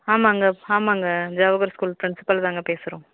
ஆமாங்க ஆமாங்க Jawahar school principal தாங்க பேசுகிறோம்